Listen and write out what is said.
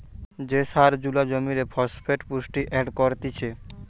যে সার জুলা জমিরে ফসফেট পুষ্টি এড করতিছে